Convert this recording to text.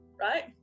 right